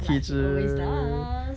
like he always does